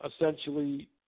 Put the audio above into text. essentially